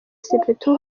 sepetu